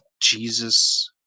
Jesus